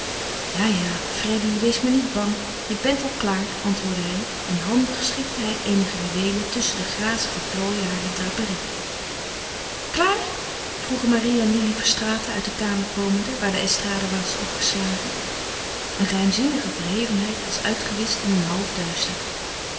ja ja freddy wees maar niet bang je bent al klaar antwoordde hij en handig schikte hij eenige juweelen tusschen de gazige plooien harer draperie klaar vroegen marie en lili verstraeten uit de kamer komende waar de estrade was opgeslagen een geheimzinnige verhevenheid als uitgewischt in een halfduister